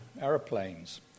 aeroplanes